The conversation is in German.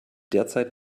derzeit